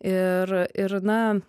ir ir na